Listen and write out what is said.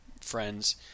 friends